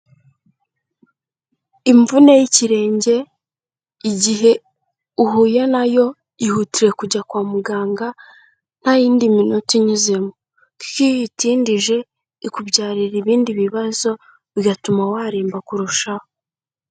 Imvune y'ikirenge igihe uhuye nayo ihutire kujya kwa muganga nta yindi minota inyuzemo, kuko iyo uyitindije ikubyarira ibindi bibazo bigatuma waremba kurushaho.